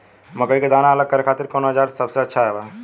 मकई के दाना अलग करे खातिर कौन औज़ार सबसे अच्छा बा?